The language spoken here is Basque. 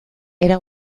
era